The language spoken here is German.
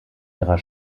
ihrer